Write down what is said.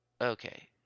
Okay